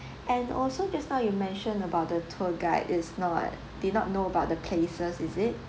and also just now you mention about the tour guide is not did not know about the places is it